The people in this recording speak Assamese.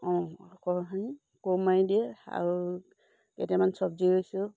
অঁ সকলোখিনি কোৰ মাৰি দিয়ে আৰু কেইটামান চব্জি ৰুইছোঁ